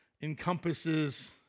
encompasses